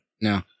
no